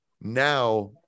now